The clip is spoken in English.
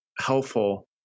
helpful